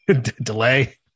Delay